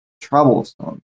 troublesome